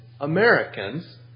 Americans